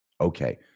okay